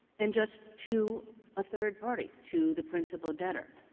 and just to a third-party, to the principal debtor.